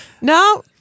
no